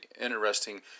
interesting